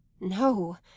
No